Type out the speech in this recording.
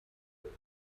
und